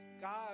God